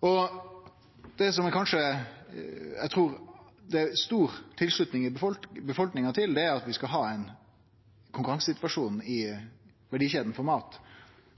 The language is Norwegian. eg trur det er stor tilslutning til i befolkninga, er at vi i verdikjeda for mat skal ha ein konkurransesituasjon